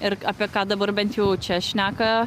ir apie ką dabar bent jau čia šneka